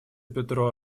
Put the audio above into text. петро